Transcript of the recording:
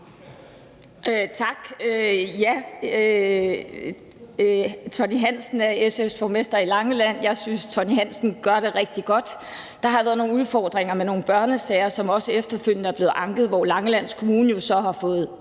Tak. Ja, Tonni Hansen er SF's borgmester på Langeland. Jeg synes, Tonni Hansen gør det rigtig godt. Der har været nogle udfordringer med nogle børnesager, som også efterfølgende er blevet anket, hvor Langeland Kommune jo så har fået